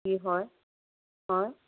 কি হয়